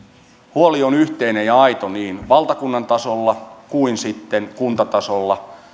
huoli on yhteinen ja aito niin valtakunnan tasolla kuin sitten kuntatasolla